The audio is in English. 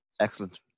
excellent